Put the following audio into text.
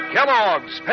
Kellogg's